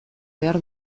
behar